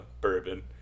bourbon